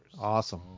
Awesome